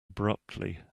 abruptly